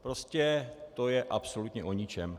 Prostě to je absolutně o ničem.